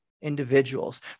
individuals